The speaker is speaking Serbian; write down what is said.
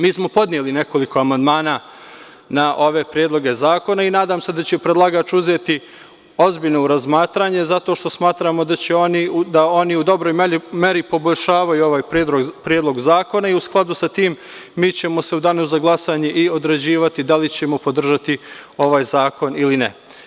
Mi smo podneli nekoliko amandmana na ove predloge zakona i nadam se da će predlagač uzeti ozbiljno u razmatranje zato što smatramo da oni u dobroj meri poboljšavaju ovaj Predlog zakona i u skladu sa tim mi ćemo se u danu za glasanje i određivati da li ćemo podržati ovaj zakon ili ne.